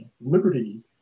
liberty